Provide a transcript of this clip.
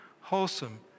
wholesome